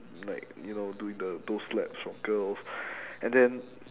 like you know doing the those slaps for girls and then